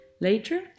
Later